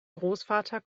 großvater